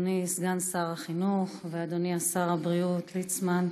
אדוני סגן שר החינוך ואדוני שר הבריאות ליצמן,